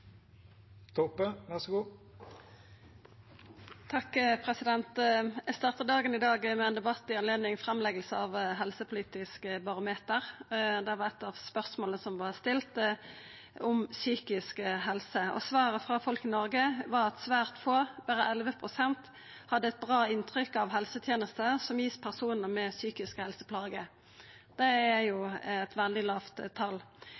Eg starta dagen i dag med ein debatt i anledning framlegginga av Helsepolitisk barometer. Eit av spørsmåla som var stilt der, var om psykisk helse. Svaret frå folk i Noreg var at svært få, berre 11 pst., hadde eit bra inntrykk av helsetenester som vert gitt til personar med psykiske helseplager. Det er eit veldig lågt tal.